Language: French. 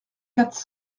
quatre